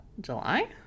July